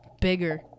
bigger